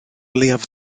leiaf